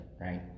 right